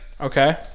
Okay